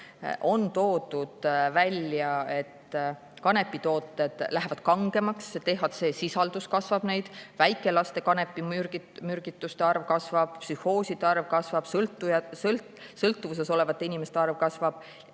on toodud välja, et kanepitooted lähevad kangemaks, THC‑sisaldus kasvab, väikelaste kanepimürgistuste arv kasvab, psühhooside arv kasvab, sõltuvuses olevate inimeste arv kasvab,